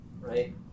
right